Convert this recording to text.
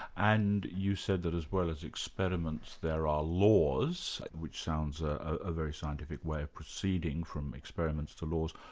and you said that as well as experiments, there are laws, which sounds a ah very scientific way of proceeding from experiments to laws.